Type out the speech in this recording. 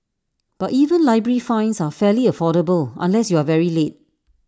but even library fines are fairly affordable unless you are very late